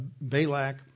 Balak